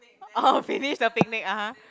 orh finish the picnic (uh huh)